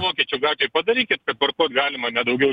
vokiečių gatvėj padarykit kad parkuot galima ne daugiau